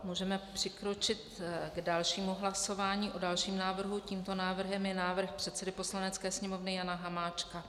Můžeme přikročit k dalšímu hlasování, o dalším návrhu, tímto návrhem je návrh předsedy Poslanecké sněmovny Jana Hamáčka.